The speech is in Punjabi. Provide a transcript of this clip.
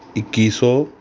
ਇੱਕੀ ਸੌ